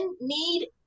need